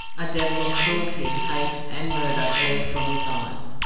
a devil of cruelty, hate, and murder glared from his eyes,